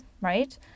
right